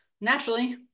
naturally